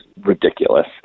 ridiculous